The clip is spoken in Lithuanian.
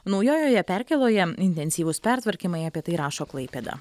naujojoje perkėloje intensyvūs pertvarkymai apie tai rašo klaipėda